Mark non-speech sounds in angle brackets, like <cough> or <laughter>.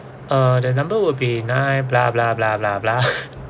uh the number will be nine blah blah blah blah blah <laughs>